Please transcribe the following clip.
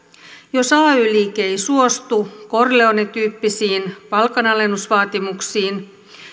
jos ay liike ei suostu corleone tyyppisiin palkanalennusvaatimuksiin